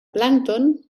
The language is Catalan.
plàncton